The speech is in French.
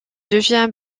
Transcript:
devient